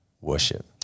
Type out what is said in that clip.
worship